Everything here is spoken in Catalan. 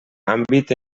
àmbit